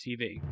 TV